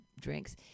drinks